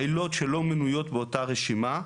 העילות שלא מנויות באותה רשימה,